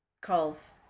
calls